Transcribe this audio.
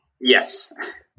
Yes